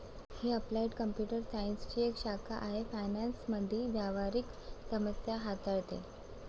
ही applied computer सायन्सची एक शाखा आहे फायनान्स मधील व्यावहारिक समस्या हाताळते